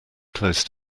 close